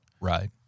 Right